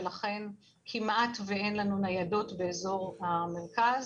ולכן כמעט ואין לנו ניידות באזור המרכז.